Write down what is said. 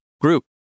group